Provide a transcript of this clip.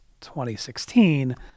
2016